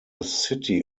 city